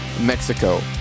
Mexico